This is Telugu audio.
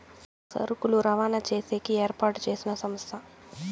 సరుకులు రవాణా చేసేకి ఏర్పాటు చేసిన సంస్థ